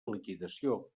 liquidació